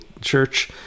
church